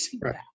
Right